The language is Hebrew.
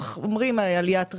אומרים עליית ריבית,